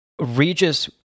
Regis